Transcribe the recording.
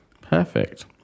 Perfect